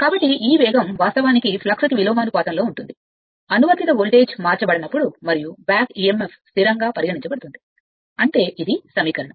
కాబట్టి ఈ వేగం వాస్తవానికి ఫ్లక్స్కు విలోమానుపాతంలో ఉంటుంది అనువర్తిత వోల్టేజ్ మార్చబడనప్పుడు మరియు బ్యాక్ emf స్థిరంగా పరిగణించబడుతుంది అంటే ఈ సమీకరణం